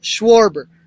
Schwarber